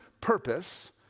purpose